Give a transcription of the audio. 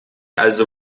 also